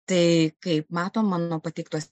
tai kaip matom mano pateiktuose